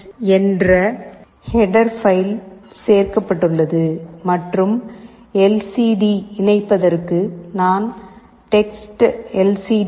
h என்ற header file சேர்க்கப்பட்டுள்ளது மற்றும் எல் சி டி இணைப்பதற்கு நான் டெக்ஸ்ட்எல்சிடி